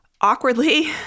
awkwardly